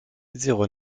zéro